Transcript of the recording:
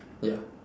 ya